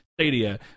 stadia